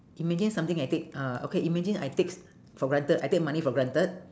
imagine something I take uh okay imagine I take s~ for granted I take money for granted